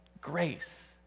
grace